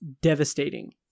devastating